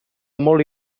molt